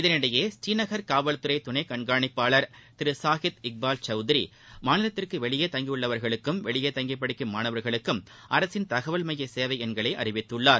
இதனிஎடயே ஸ்ரீநகர் காவல்துறை துணை கண்காணிப்பாளர் திரு சாஹித் இக்பால் சௌத்ரி மாநிலத்திற்கு வெளியே தங்கியுள்ளவர்களுக்கும் வெளியே தங்கி படிக்கும் மாணவர்களுக்கும் அரசின் தகவல் மமய சேவை எண்களை அறிவித்துள்ளார்